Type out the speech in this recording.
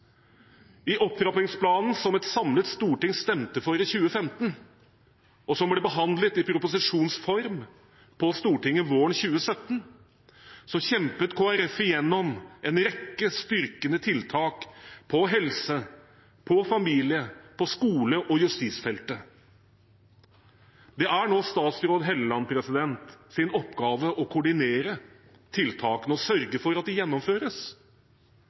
I opptrappingsplanen som et samlet storting stemte for i 2015, og som ble behandlet i proposisjons form på Stortinget våren 2017, kjempet Kristelig Folkeparti igjennom en rekke styrkende tiltak på helse-, på familie-, på skole- og på justisfeltet. Det er nå statsråd Hofstad Hellelands oppgave å koordinere tiltakene og sørge for at de gjennomføres.